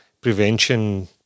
prevention